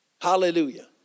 Hallelujah